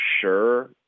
sure